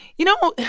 you know,